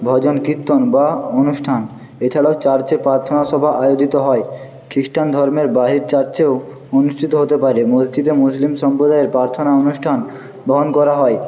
ভজন কীর্তন বা অনুষ্ঠান এছাড়াও চার্চে প্রার্থনাসভা আয়োজিত হয় খ্রিস্টান ধর্মের বাহির চার্চেও অনুষ্ঠিত হতে পারে মসজিদে মুসলিম সম্প্রদায়ের প্রার্থনা অনুষ্ঠান বহন করা হয়